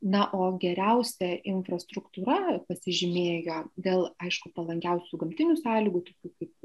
na o geriausia infrastruktūra pasižymėjo dėl aišku palankiausių gamtinių sąlygų tokių kaip